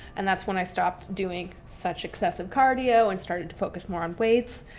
and that's when i stopped doing such excessive cardio and started to focus more on weights.